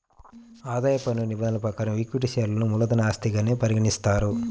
ఆదాయ పన్ను నిబంధనల ప్రకారం ఈక్విటీ షేర్లను మూలధన ఆస్తిగానే పరిగణిస్తారు